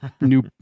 new